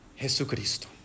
Jesucristo